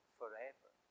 forever